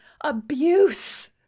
abuse